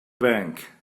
bank